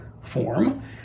form